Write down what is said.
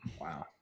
Wow